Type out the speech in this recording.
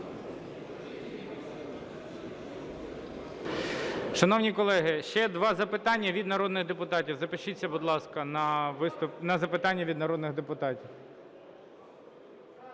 Шановні колеги, ще два запитання від народних депутатів. Запишіться, будь ласка, на запитання від народних депутатів.